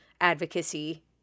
advocacy